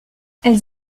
elles